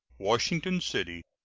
washington city,